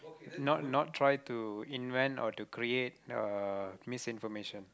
not not try to invent or to create uh misinformation